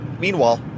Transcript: Meanwhile